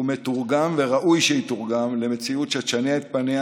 הוא מתורגם, וראוי שיתורגם, למציאות שתשנה את פניה